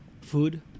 food